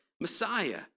Messiah